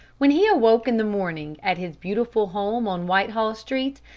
when he awoke in the morning at his beautiful home on whitehall street,